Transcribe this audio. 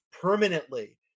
permanently